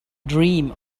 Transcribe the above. dream